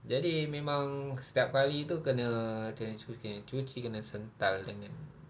jadi memang setiap kali itu kena macam mana kena cuci kena sental dengan